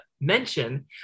mention